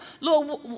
Lord